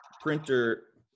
printer